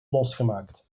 losgemaakt